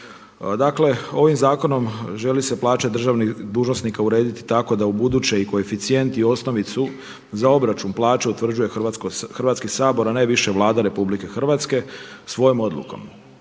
Dakle ovim zakonom želi se plaće državnih dužnosnika urediti tako da ubuduće i koeficijent i osnovicu za obračun plaća utvrđuje Hrvatski sabor a ne više Vlada RH svojom odlukom.